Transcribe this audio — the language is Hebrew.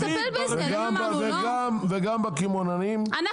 וגם בקמעונאים, אז נדבר.